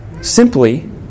simply